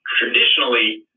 traditionally